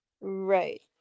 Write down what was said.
right